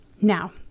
Now